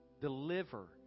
Deliver